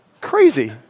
Crazy